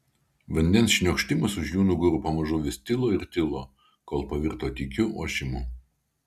vandens šniokštimas už jų nugarų pamažu vis tilo ir tilo kol pavirto tykiu ošimu